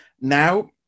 now